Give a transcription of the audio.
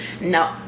No